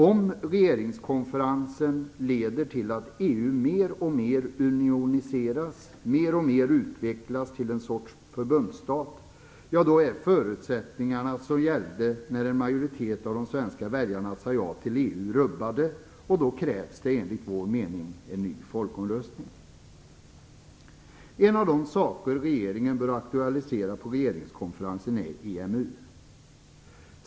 Om regeringskonferensen leder till att EU mer och mer unioniseras, mer och mer utvecklas till en sorts förbundsstat, ja, då är förutsättningarna som gällde när en majoritet av de svenska väljarna sade ja till EU rubbade. Då krävs det enligt vår mening en ny folkomröstning. En av de frågor som regeringen bör aktualisera på regeringskonferensen är EMU.